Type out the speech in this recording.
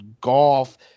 golf